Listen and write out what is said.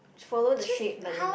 follow the shape but then like